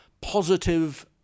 positive